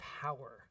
power